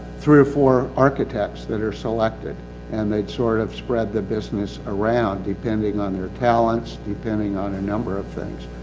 three or four architects that are selected and they sort of spread the business around depending on their talents, depending on a number of things.